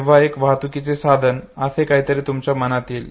तेंव्हा एक वाहतुकीचे साधन आणि असे काहीतरी तुमच्या मनात येईल